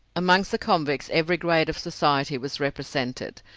amongst the convicts every grade of society was represented,